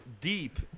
deep